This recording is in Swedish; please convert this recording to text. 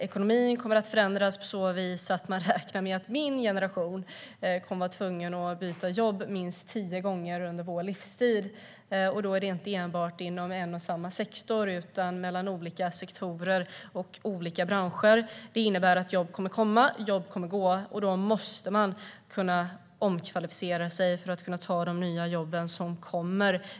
Ekonomin kommer att förändras på så vis att man räknar med att min generation kommer att vara tvungen att byta jobb minst tio gånger under sin livstid. Då är det inte enbart inom en och samma sektor utan mellan olika sektorer och olika branscher. Det innebär att jobb kommer att komma och att jobb kommer att försvinna. Då måste man kunna omkvalificera sig för att kunna ta de nya jobb som kommer.